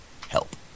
help